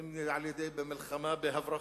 אם על-ידי מלחמה בהברחות,